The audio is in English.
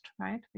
right